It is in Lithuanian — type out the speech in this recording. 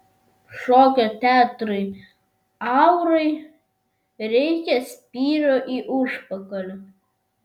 šokio teatrui aurai reikia spyrio į užpakalį